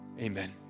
Amen